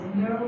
no